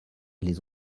les